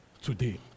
today